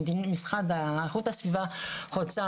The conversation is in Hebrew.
שמדיניות משרד איכות הסביבה רוצה,